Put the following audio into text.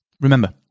remember